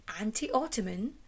anti-Ottoman